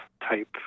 type